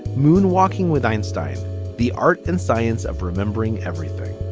moonwalking with einstein the art and science of remembering everything.